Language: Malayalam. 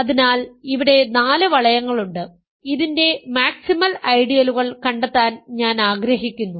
അതിനാൽ ഇവിടെ നാല് വളയങ്ങളുണ്ട് ഇതിന്റെ മാക്സിമൽ ഐഡിയലുകൾ കണ്ടെത്താൻ ഞാൻ ആഗ്രഹിക്കുന്നു